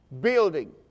building